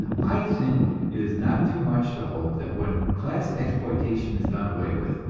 i think it is not too much to hope that when class exploitation is done away with,